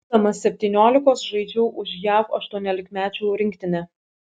būdamas septyniolikos žaidžiau už jav aštuoniolikmečių rinktinę